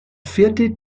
vierte